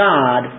God